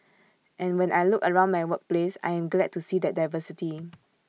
and when I look around my workplace I am glad to see that diversity